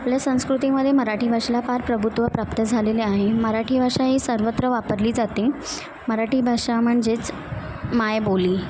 आपल्या संस्कृतीमध्ये मराठी भाषेला फार प्रभुत्व प्राप्त झालेले आहे मराठी भाषा ही सर्वत्र वापरली जाते मराठी भाषा म्हणजेच मायबोली